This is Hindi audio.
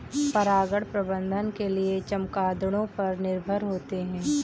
परागण प्रबंधन के लिए चमगादड़ों पर निर्भर होते है